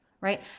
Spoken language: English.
right